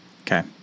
Okay